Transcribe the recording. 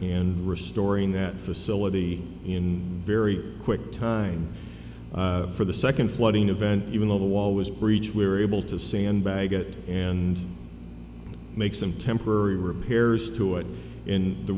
and restoring that facility in very quick time for the second flooding event even though the wall was breech we were able to sandbag it and make some temporary repairs to it in the